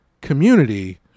community